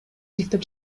иликтеп